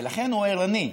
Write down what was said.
ולכן הוא ערני.